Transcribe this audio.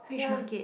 ya